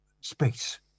Space